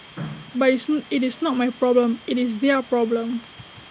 but it's IT is not my problem IT is their problem